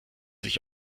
sich